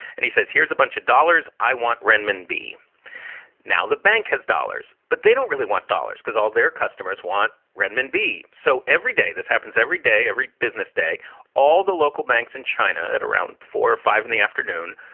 and he says, here's a bunch of dollars. i want renminbi now the bank has dollars. but they don't really want dollars because all their customers want renminbi. so every day this happens every day, every business day all the local banks in china at around four or five in the afternoon,